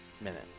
minute